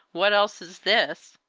what else is this?